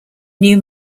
new